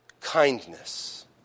Kindness